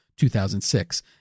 2006